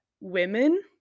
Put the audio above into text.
women